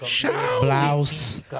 Blouse